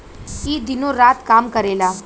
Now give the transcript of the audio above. ई दिनो रात काम करेला